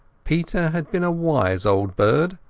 peter had been a wise old bird,